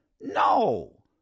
No